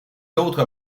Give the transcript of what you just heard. autres